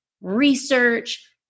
research